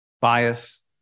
bias